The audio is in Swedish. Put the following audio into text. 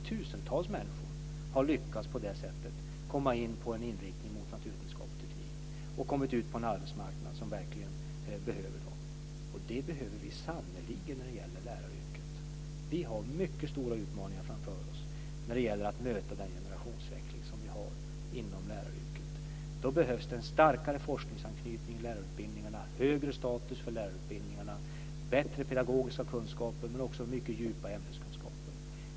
Tusentals människor har på det sättet lyckats komma in på en inriktning mot naturvetenskap och teknik och kommit ut på en arbetsmarknad som verkligen behöver dem. Detta behöver vi sannerligen när det gäller läraryrket. Vi har mycket stora utmaningar framför oss när det gäller att möta generationsväxlingen inom läraryrket. Då behövs det en starkare forskningsanknytning i lärarutbildningarna, högre status för lärarutbildningarna och bättre pedagogiska kunskaper - men också mycket djupa ämneskunskaper.